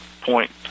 point